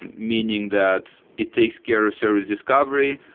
and meaning, that it takes care of service discovery.